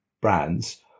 brands